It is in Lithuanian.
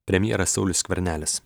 premjeras saulius skvernelis